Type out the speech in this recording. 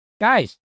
guys